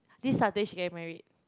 this Saturday she get married